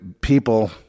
people